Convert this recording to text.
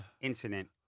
incident